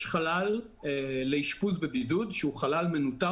יש חלל לאשפוז בבידוד שהוא חלל מנוטר